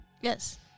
Yes